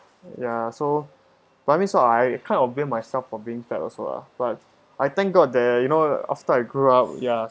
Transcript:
ya so but I mean so I kind of blame myself for being fat also lah but I thank god that you know after I grew up ya